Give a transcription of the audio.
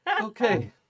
Okay